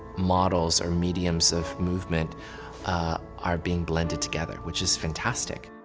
models or mediums of movement are being blended together which is fantastic.